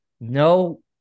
no